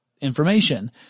information